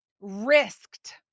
risked